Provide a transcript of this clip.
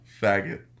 Faggot